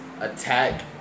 attack